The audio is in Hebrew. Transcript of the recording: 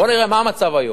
בוא נראה מה המצב היום.